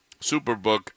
Superbook